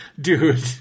dude